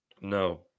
No